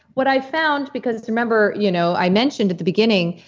what i've found because remember you know i mentioned at the beginning,